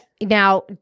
Now